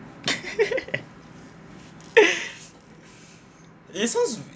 this was